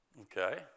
okay